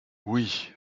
oui